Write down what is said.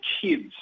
kids